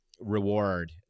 reward